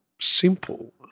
simple